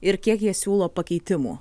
ir kiek jie siūlo pakeitimų